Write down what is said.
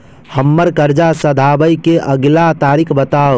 हम्मर कर्जा सधाबई केँ अगिला तारीख बताऊ?